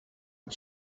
and